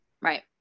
Right